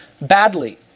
badly